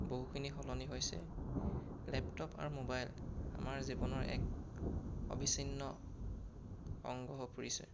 বহুখিনি সলনি হৈছে লেপটপ আৰু মোবাইল আমাৰ জীৱনৰ এক অবিচ্ছিন্ন অংগ হৈ পৰিছে